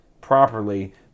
properly